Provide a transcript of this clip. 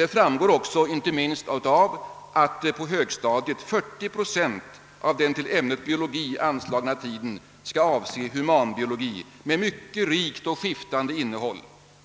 Detta framgår också inte minst av att på högstadiet 40 procent av den till ämnet biologi anslagna tiden skall avse humanbiologi, med mycket rikt och skiftande innehåll